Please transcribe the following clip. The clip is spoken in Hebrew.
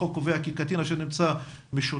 החוק קובע כי "קטין אשר נמצא משוטט,